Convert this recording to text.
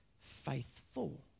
faithful